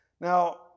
Now